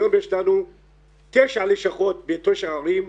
היום יש לנו תשע לשכות בתשע ערים,